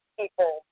people